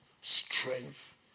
strength